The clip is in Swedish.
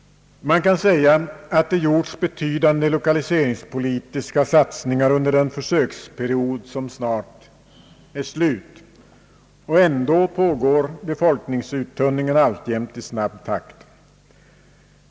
Det kan sägas att det har gjorts betydande lokaliseringspolitiska satsningar under den försöksperiod som snart är slut, och ändå pågår befolkningsuttunningen alltjämt i snabb takt.